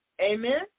Amen